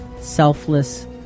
selfless